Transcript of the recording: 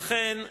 לכן,